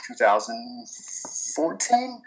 2014